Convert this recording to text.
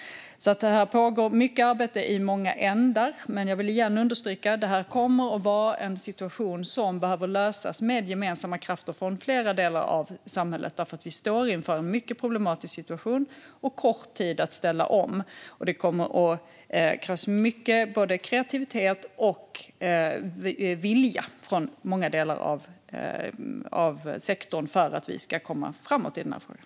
Det pågår alltså mycket arbete i många ändar. Men jag vill igen understryka att det här kommer att vara en situation som behöver lösas med gemensamma krafter från flera delar av samhället, för vi står inför en mycket problematisk situation och kort tid att ställa om. Det kommer att krävas mycket av både kreativitet och vilja från många delar av sektorn för att vi ska komma framåt i frågan.